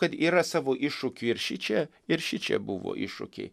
kad yra savo iššūkių ir šičia ir šičia buvo iššūkiai